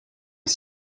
est